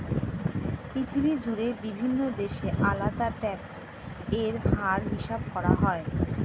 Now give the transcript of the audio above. পৃথিবী জুড়ে বিভিন্ন দেশে আলাদা ট্যাক্স এর হার হিসাব করা হয়